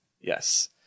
yes